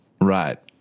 right